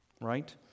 right